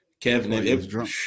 Kevin